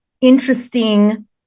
interesting